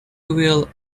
will